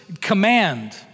command